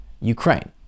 Ukraine